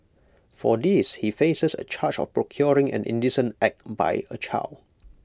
for this he faces A charge of procuring an indecent act by A child